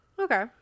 okay